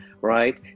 right